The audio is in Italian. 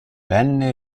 venne